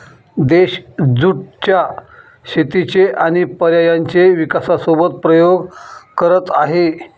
देश ज्युट च्या शेतीचे आणि पर्यायांचे विकासासोबत प्रयोग करत आहे